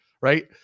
right